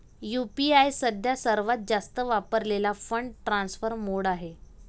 UPI सध्या सर्वात जास्त वापरलेला फंड ट्रान्सफर मोड आहे